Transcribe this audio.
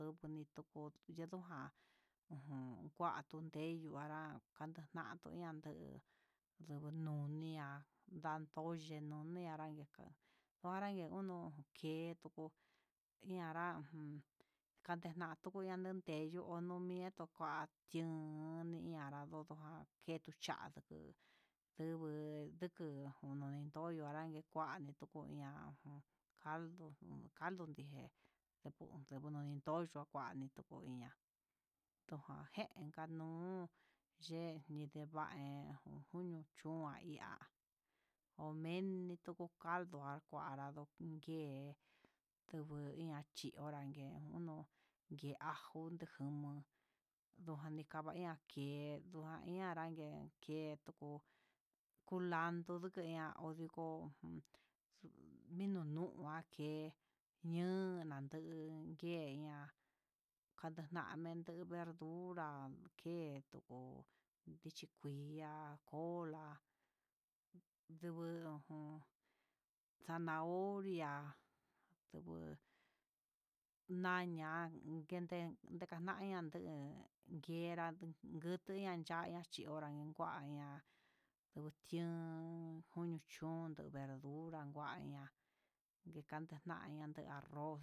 Ndugu nituku yendoján, ajan ngua ndun ndeyuu anrá kandun deto natuu nu'uria, yato xheroni anranña ka'a kua nrañe ñoo kedo tuku iaran ngun kanden ndatuku nandundé, hyi'ó omedtio kuá chinunun niarato tojá ketuu chón ndugu, utku nundorio kua naranyu kuá nituku ña'a caldo, caldo nijé nikua nitoyo no'o nikandua nijen ndukan nuu yeeni ndevaña ni junio chun kuan ihá omenitu caldo anran ngue nguii onrache ayan nuño'o, ngui ajó nujun jani kavai'a ke'e nduan iin anranje ke tuku, kulando odikoña oduko, mino nu'a kee ñon adun keña'a kanden naniña kee verdura dichi kuu, kui ha cool há nungu ujun zanahoria, ndu naña'a nguende nañanaña yenrá nguran chaña ndiora cha'a ña'a, kution koño chón verdura cuaña ndekuangte kuaña arroz.